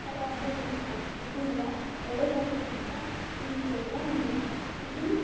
ಮಕರ ರಾಶಿಯಲ್ಲಿ ಇರ್ತಾನೆ ಇದರಿಂದ ಒಳ್ಳೆಯದಾಗುತ್ತೆ ಅಂತ ಇಲ್ಲಿನ ಜನರ ನಂಬಿಕೆ ಇದು